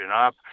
up